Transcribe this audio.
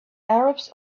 arabs